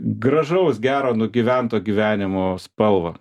gražaus gero nugyvento gyvenimo spalvą